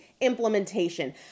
implementation